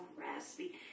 raspy